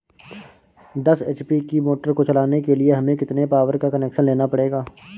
दस एच.पी की मोटर को चलाने के लिए हमें कितने पावर का कनेक्शन लेना पड़ेगा?